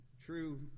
true